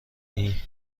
این